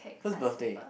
whose birthday